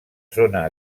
zona